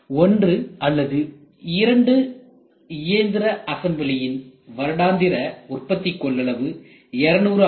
ஒன்று அல்லது இரண்டு எந்திர அசம்பிளியின் வருடாந்திர உற்பத்தி கொள்ளளவு 200 ஆகும்